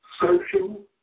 social